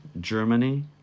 Germany